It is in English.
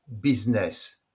business